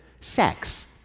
sex